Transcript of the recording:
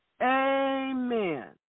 Amen